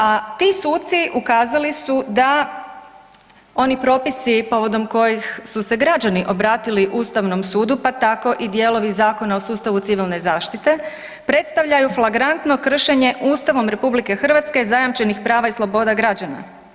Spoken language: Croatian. A ti suci ukazali su da oni propisi povodom kojih su se građani obratili Ustavnom sudu, pa tako i dijelovi Zakona o sustavu civilne zaštite predstavljaju flagrantno kršenje Ustavom Republike Hrvatske zajamčenih prava i sloboda građana.